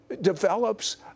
develops